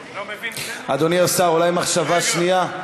אדוני השר, אולי מחשבה שנייה?